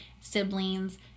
siblings